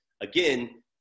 Again